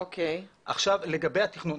עכשיו לגבי התכנון,